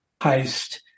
heist